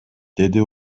деди